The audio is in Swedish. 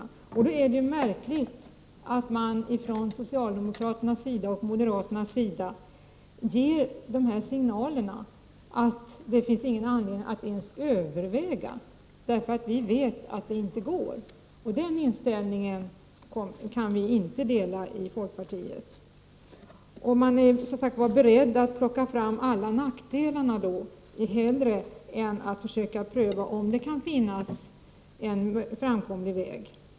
I det läget är det märkligt att socialdemokraterna och moderaterna ger signaler om att det inte finns någon anledning att ens överväga promilleregler. Man säger att man vet att det skulle vara en omöjlig uppgift. Den inställningen kan vi i folkpartiet inte dela. Ni är alltså beredda att plocka fram alla nackdelar hellre än att försöka pröva om det kan finnas en framkomlig väg.